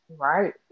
Right